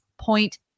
point